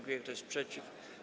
Kto jest przeciw?